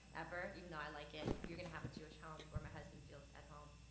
ever. even though i like it. we're gonna have a jewish home where my husband feels at home.